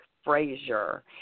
Frazier